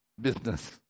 business